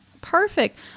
Perfect